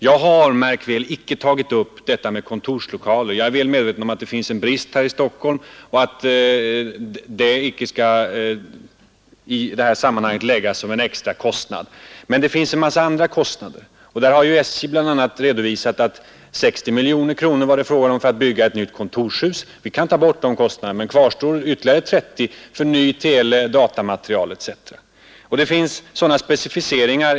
Märk väl att jag inte har tagit upp kostnaderna för kontorslokalerna. Jag är väl medveten om att det råder brist på sådana lokaler här i Stockholm och att kostnåderna därför inte skall beräknas som en extra kostnad. Men det finns en mängd andra kostnader. SJ har bl.a. redovisat att det kostar 60 miljoner kronor att bygga ett nytt kontorshus. Vi kan ta bort de kostnaderna, men det står ändå kvar ytterligare 30 miljoner för ny teleoch datamateriel etc.